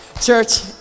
Church